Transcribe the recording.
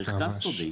צריך קסטודי.